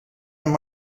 amb